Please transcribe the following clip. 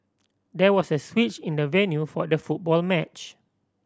there was a switch in the venue for the football match